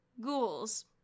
Ghouls